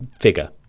figure